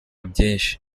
byinshi